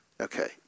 okay